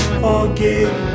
forgive